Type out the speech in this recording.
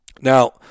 Now